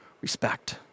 respect